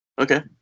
Okay